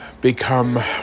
become